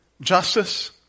justice